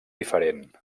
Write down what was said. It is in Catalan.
diferent